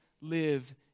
live